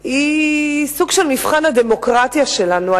היא סוג של מבחן הדמוקרטיה שלנו,